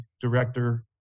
director